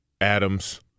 Adams